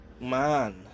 man